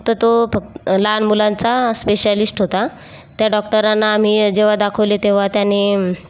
फक्त तो फ लहान मुलांचा स्पेशालिस्ट होता त्या डॉक्टरांना आम्ही जेव्हा दाखवले तेव्हा त्यांनी